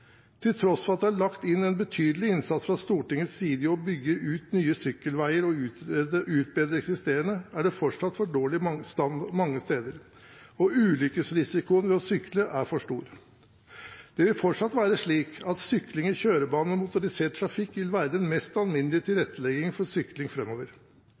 Til tross for at det er lagt inn en betydelig innsats fra Stortingets side i å bygge ut nye sykkelveier og utbedre eksisterende, er det fortsatt for dårlig mange steder, og ulykkesrisikoen ved å sykle er for stor. Det vil fortsatt være slik at sykling i kjørebanen med motorisert trafikk vil være den mest